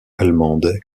allemande